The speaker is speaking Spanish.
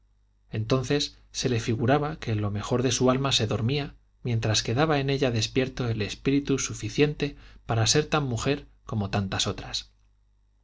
entonces se le figuraba que lo mejor de su alma se dormía mientras quedaba en ella despierto el espíritu suficiente para ser tan mujer como tantas otras